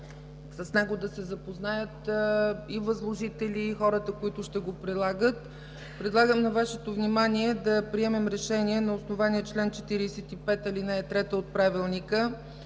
с него да се запознаят и възложители, и хората, които ще го прилагат, предлагам на Вашето внимание да приемем решение на основание чл. 45, ал. 3 от Правилника